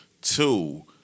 Two